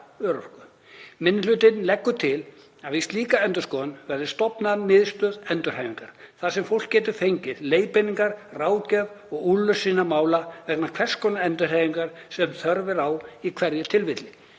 Minni hlutinn leggur til að við slíka endurskoðun verði stofnuð miðstöð endurhæfingar þar sem fólk geti fengið leiðbeiningar, ráðgjöf og úrlausn sinna mála vegna hvers konar endurhæfingar sem þörf er á í hverju tilviki.